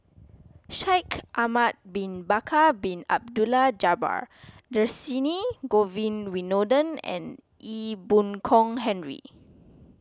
Shaikh Ahmad Bin Bakar Bin Abdullah Jabbar Dhershini Govin Winodan and Ee Boon Kong Henry